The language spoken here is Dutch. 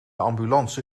ambulance